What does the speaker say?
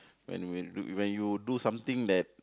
when when you when you do something that